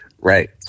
Right